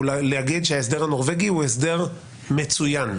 היא שההסדר הנורבגי הוא הסדר מצוין.